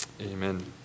Amen